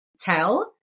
tell